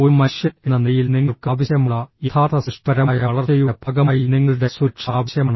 ഒരു മനുഷ്യൻ എന്ന നിലയിൽ നിങ്ങൾക്ക് ആവശ്യമുള്ള യഥാർത്ഥ സൃഷ്ടിപരമായ വളർച്ചയുടെ ഭാഗമായി നിങ്ങളുടെ സുരക്ഷ ആവശ്യമാണ്